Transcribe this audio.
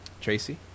Tracy